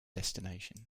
destination